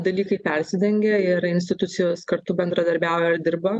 dalykai persidengia ir institucijos kartu bendradarbiauja ir dirba